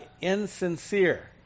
insincere